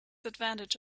advantage